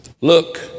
look